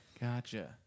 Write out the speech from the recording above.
Gotcha